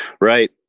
Right